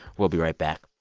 we'll be right back